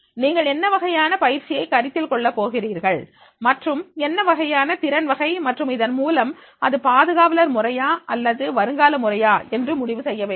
நீங்கள் என்ன வகையான பயிற்சியை கருத்தில் கொள்ளப் போகிறீர்கள் மற்றும் என்னவகையான திறன் வகை மற்றும் இதன் மூலம் அது பாதுகாவலர் முறையா அல்லது வருங்கால முறையா என்று முடிவு செய்ய வேண்டும்